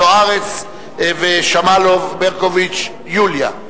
זוארץ ושמאלוב-ברקוביץ יוליה,